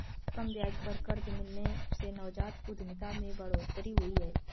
कम ब्याज पर कर्ज मिलने से नवजात उधमिता में बढ़ोतरी हुई है